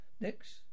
Next